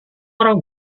orang